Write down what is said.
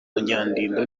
munyandinda